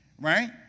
right